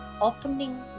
opening